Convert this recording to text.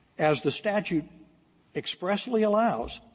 as the statute expressly allows,